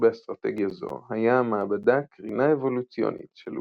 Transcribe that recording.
באסטרטגיה זו היה המעבדה "קרינה אבולוציונית" של